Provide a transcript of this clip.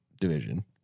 division